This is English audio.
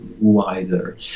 wider